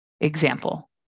Example